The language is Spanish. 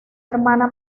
hermana